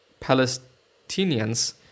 Palestinians